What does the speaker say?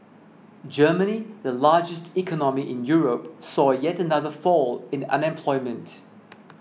Germany the largest economy in Europe saw yet another fall in unemployment